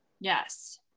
Yes